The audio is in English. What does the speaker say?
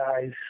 guys